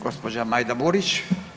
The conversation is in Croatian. Gospođa Majda Burić.